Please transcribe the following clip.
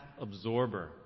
absorber